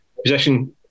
position